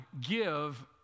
give